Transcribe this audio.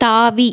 தாவி